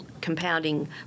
compounding